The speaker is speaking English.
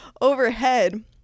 overhead